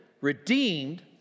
redeemed